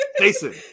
Jason